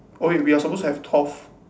oh wait we are supposed to have twelve